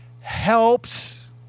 helps